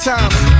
Times